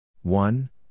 One